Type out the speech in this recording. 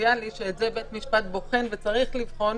טריוויאלי שאת זה בית המשפט בוחן וצריך לבחון,